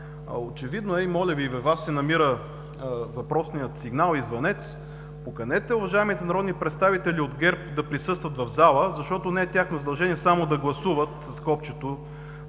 Очевидно е и моля Ви, във Вас се намира въпросният сигнал и звънец, поканете уважаемите народни представители от ГЕРБ да присъстват в залата, защото не е тяхно задължение само да гласуват с копчето